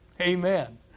Amen